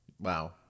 Wow